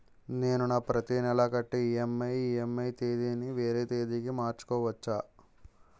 నేను నా ప్రతి నెల కట్టే ఈ.ఎం.ఐ ఈ.ఎం.ఐ తేదీ ని వేరే తేదీ కి మార్చుకోవచ్చా?